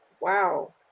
Wow